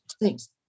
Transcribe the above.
Thanks